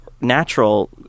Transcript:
natural